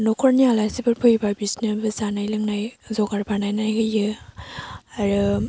न'खरनि आलासिफोर फैयोबा बिसोरनोबो जानाय लोंनाय जगार बानायनानै होयो आरो